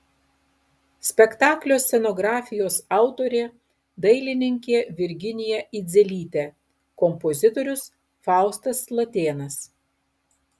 spektaklio scenografijos autorė dailininkė virginija idzelytė kompozitorius faustas latėnas